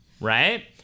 right